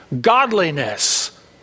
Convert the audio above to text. Godliness